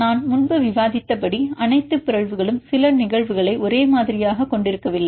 நான் முன்பு விவாதித்தபடி அனைத்து பிறழ்வுகளும் சில நிகழ்வுகளை ஒரே மாதிரியாகக் கொண்டிருக்கவில்லை